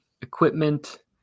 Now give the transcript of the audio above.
equipment